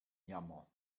jammer